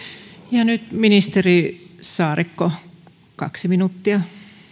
ja nyt ministeri saarikko kaksi minuuttia